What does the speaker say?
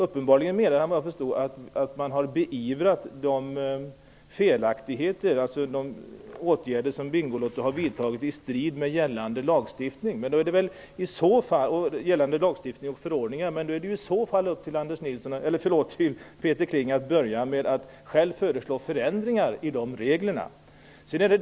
Uppenbarligen menar han att man har beivrat de åtgärder som Bingolotto har vidtagit i strid med gällande lagstiftnig och förordningar. Men då är det upp till Peter Kling att börja med att själv föreslå förändringar i de reglerna.